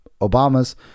Obama's